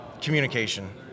Communication